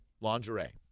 Lingerie